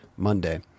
monday